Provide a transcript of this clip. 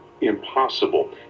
impossible